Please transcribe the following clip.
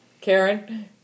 Karen